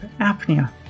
apnea